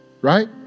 Right